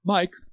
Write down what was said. Mike